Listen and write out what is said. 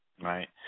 right